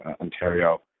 Ontario